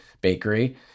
Bakery